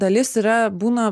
dalis yra būna